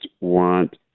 want